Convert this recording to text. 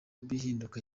bihinduka